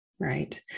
Right